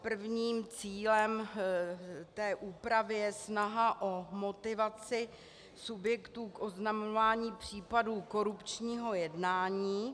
Prvním cílem úpravy je snaha o motivaci subjektů k oznamování případů korupčního jednání.